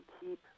keep